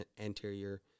anterior